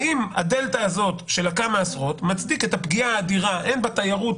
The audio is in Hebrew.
האם הדלתא הזאת של כמה עשרות מצדיקה את הפגיעה האדירה הן בתיירות,